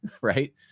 right